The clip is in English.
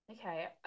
Okay